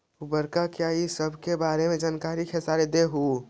उर्वरक क्या इ सके बारे मे जानकारी खेसारी देबहू?